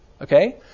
Okay